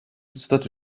statü